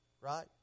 right